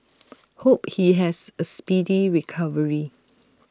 hope he has A speedy recovery